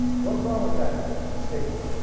what's wrong with that statement?